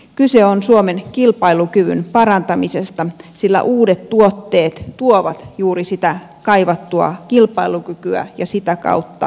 kyse on suomen kilpailukyvyn parantamisesta sillä uudet tuotteet tuovat juuri sitä kaivattua kilpailukykyä ja sitä kautta talouskasvua